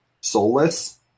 soulless